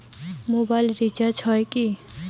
Mobile recharge হয় কি?